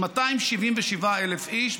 277,000 איש,